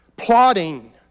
plotting